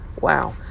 wow